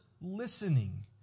listening